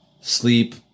Sleep